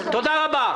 תודה רבה.